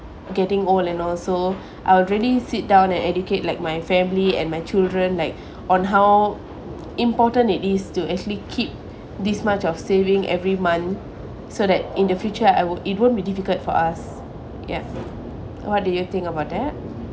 getting old and also I'll really sit down and educate like my family and my children like on how important it is to actually keep this much of saving every month so that in the future I would it won't be difficult for us ya what do you think about that